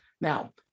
Now